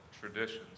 traditions